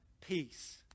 peace